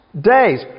days